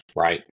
right